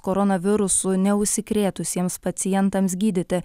koronavirusu neužsikrėtusiems pacientams gydyti